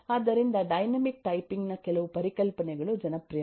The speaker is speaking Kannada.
ಆದ್ದರಿಂದ ಡೈನಾಮಿಕ್ ಟೈಪಿಂಗ್ ನ ಕೆಲವು ಪರಿಕಲ್ಪನೆಗಳು ಜನಪ್ರಿಯವಾದವು